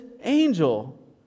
angel